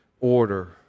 order